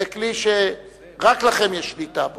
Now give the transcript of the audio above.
זה כלי שרק לכם יש שליטה בו,